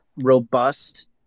robust